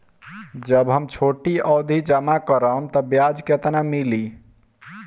जब हम छोटी अवधि जमा करम त ब्याज केतना मिली?